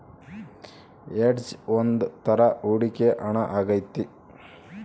hedge ಒಂದ್ ತರ ಹೂಡಿಕೆ ಹಣ ಆಗೈತಿ